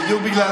די, נו, באמת.